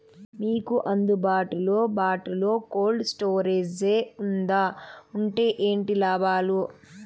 మీకు అందుబాటులో బాటులో కోల్డ్ స్టోరేజ్ జే వుందా వుంటే ఏంటి లాభాలు?